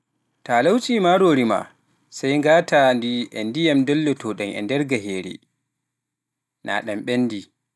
Ta a lawƴii maaroori maa sey ngataa-ndi e ndiyam dollotooɗam e nder gaheere, naa ɗam ɓenndii